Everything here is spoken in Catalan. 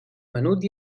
menut